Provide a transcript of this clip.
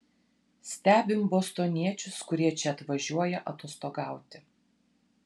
stebim bostoniečius kurie čia atvažiuoja atostogauti